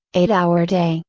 eight hour day,